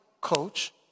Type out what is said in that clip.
Coach